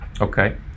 Okay